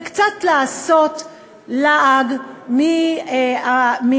זה קצת לעשות לעג מהחקירות,